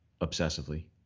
obsessively